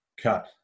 cut